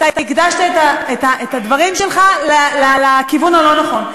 אתה הקדשת את הדברים שלך לכיוון הלא-נכון.